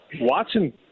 Watson